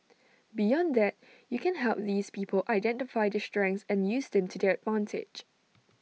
beyond that you can help these people identify their strengths and use them to their advantage